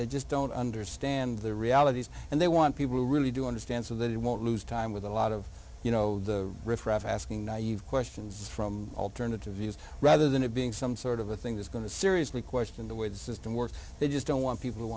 they just don't understand the realities and they want people who really do understand so that it won't lose time with a lot of you know the riff raff asking naive questions from alternative views rather than it being some sort of a thing that's going to seriously question the way the system works they just don't want people who